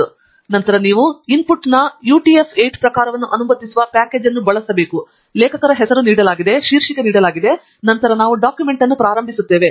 ನಂತರ ನಾವು ಇನ್ಪುಟ್ನ UTF8 ಪ್ರಕಾರವನ್ನು ಅನುಮತಿಸುವ ಪ್ಯಾಕೇಜ್ ಅನ್ನು ಬಳಸುತ್ತೇವೆ ಲೇಖಕರ ಹೆಸರು ನೀಡಲಾಗಿದೆ ಶೀರ್ಷಿಕೆ ನೀಡಲಾಗಿದೆ ಮತ್ತು ನಂತರ ನಾವು ಡಾಕ್ಯುಮೆಂಟ್ ಅನ್ನು ಪ್ರಾರಂಭಿಸುತ್ತೇವೆ